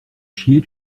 chier